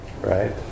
right